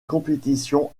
compétition